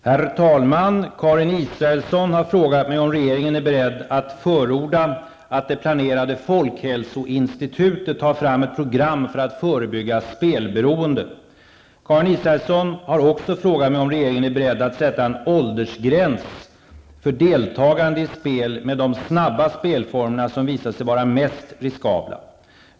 Herr talman! Karin Israelsson har frågat mig om regeringen är beredd att förorda att det planerade folkhälsoinstitutet tar fram ett program för att förebygga spelberoende. Karin Israelsson har också frågat mig om regeringen är beredd att sätta en åldersgräns för deltagande i spel med de snabba spelformerna, som visat sig vara mest riskabla.